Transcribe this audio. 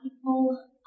people